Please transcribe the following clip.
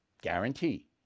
Guarantee